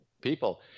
people